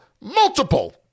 multiple